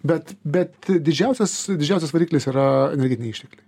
bet bet didžiausias didžiausias variklis yra energetiniai ištekliai